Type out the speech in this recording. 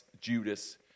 Judas